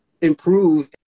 improve